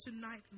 tonight